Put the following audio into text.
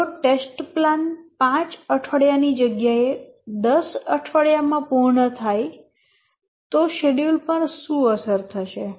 જો test plan 5 અઠવાડિયા ની જગ્યાએ 10 અઠવાડિયા માં પૂર્ણ થયા તો શેડ્યૂલ પર શું અસર થશે